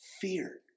fear